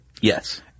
yes